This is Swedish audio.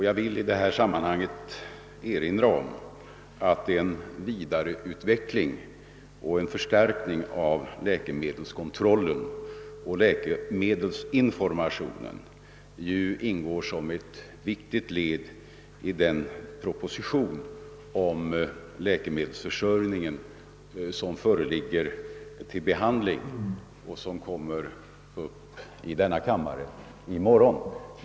Jag vill i detta sammanhang erinra om den vidareutveckling och förstärkning av läkemedelskontrollen och läkemedelsinformationen som ingår såsom ett viktigt led i den proposition om läkemedelsförsörj ningen vilken framlagts och skall behandlas i denna kammare i morgon.